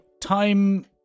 time